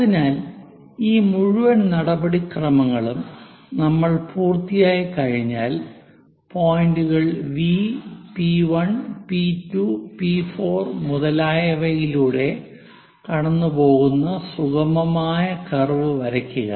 അതിനാൽ ഈ മുഴുവൻ നടപടിക്രമങ്ങളും നമ്മൾ പൂർത്തിയാക്കിക്കഴിഞ്ഞാൽ പോയിന്റുകൾ V P1 P2 P4 മുതലായവയിലൂടെ കടന്നുപോകുന്ന സുഗമമായ കർവ് വരയ്ക്കുക